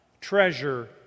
treasure